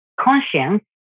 conscience